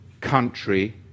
country